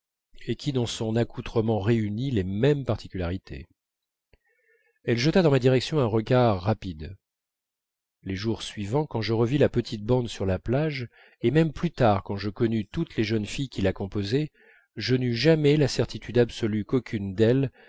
et qui dans son accoutrement réunît les mêmes particularités elle jeta dans ma direction un regard rapide les jours suivants quand je revis la petite bande sur la plage et même plus tard quand je connus toutes les jeunes filles qui la composaient je n'eus jamais la certitude absolue qu'aucune d'elles